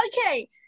Okay